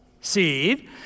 Seed